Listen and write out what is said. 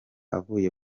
avuye